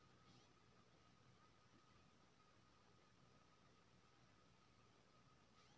पाइ भेजबाक लेल चारि या छअ नंबरक पिन केर जरुरत सेहो परय छै